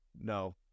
no